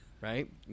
Right